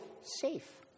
safe